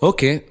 Okay